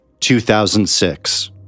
2006